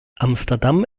amsterdam